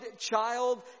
child